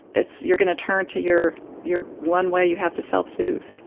it's you're going to turn to your your one way you have to self-soothe